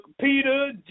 Peter